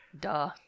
Duh